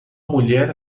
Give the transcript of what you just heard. mulher